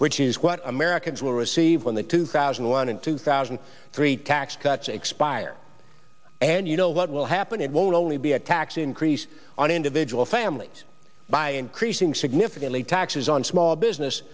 which is what americans will receive when the two thousand and one and two thousand and three tax cuts expire and you know what will happen it won't only be a tax increase on individual families by increasing significantly taxes on small business